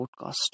Podcast